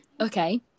okay